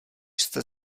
jste